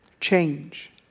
Change